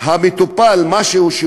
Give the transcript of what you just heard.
לא יעלה על הדעת שרופא,